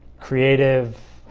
creative,